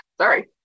Sorry